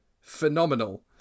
phenomenal